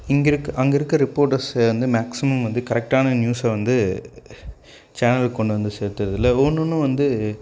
இங்கே இருக் அங்கே இருக்கற ரிப்போர்டர்ஸு வந்து மேக்சிமம் வந்து கரெக்டான நியூஸை வந்து சேனலுக்கு கொண்டு வந்து சேர்த்தறதில்ல வேணும்னு வந்து